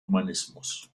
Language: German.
humanismus